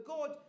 God